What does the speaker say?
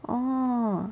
orh